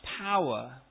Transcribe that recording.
power